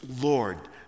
Lord